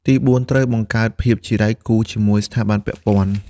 ទីបួន ត្រូវ បង្កើតភាពជាដៃគូជាមួយស្ថាប័នពាក់ព័ន្ធ។